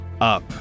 up